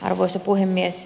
arvoisa puhemies